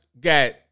got